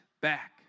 back